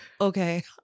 okay